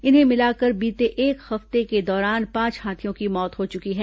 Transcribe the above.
इन्हें मिलाकर बीते एक हफ्ते के दौरान पांच हाथियों की मौत हो चुकी है